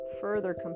further